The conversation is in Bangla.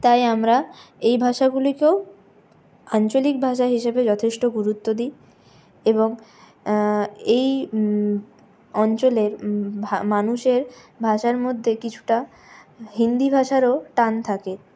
তাই আমরা এই ভাষাগুলিকেও আঞ্চলিক ভাষা হিসেবে যথেষ্ট গুরুত্ব দিই এবং এই অঞ্চলের মানুষের ভাষার মধ্যে কিছুটা হিন্দি ভাষারও টান থাকে